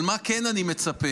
אבל למה כן אני מצפה?